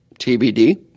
TBD